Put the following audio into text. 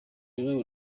ururabo